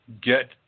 get